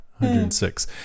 106